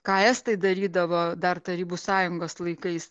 ką estai darydavo dar tarybų sąjungos laikais